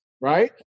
right